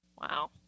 Wow